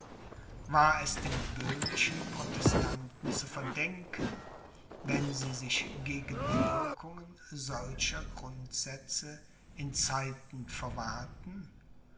war es den böhmischen protestanten zu verdenken wenn sie sich gegen die wirkungen solcher grundsätze in zeiten verwahrten